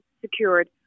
secured